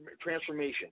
transformation